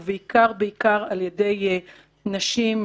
ובעיקר בעיקר על ידי נשים,